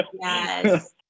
yes